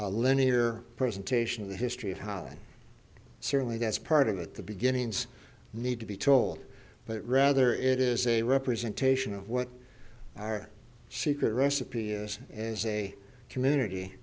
a linear presentation of the history of holland certainly that's part of it the beginnings need to be told but rather it is a representation of what our secret recipe is as a community